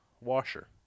Washer